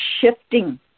shifting